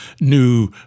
new